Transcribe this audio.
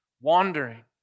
wandering